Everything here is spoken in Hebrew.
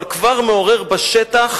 אבל כבר מעורר בשטח